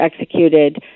executed